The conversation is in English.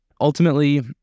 Ultimately